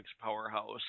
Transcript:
powerhouse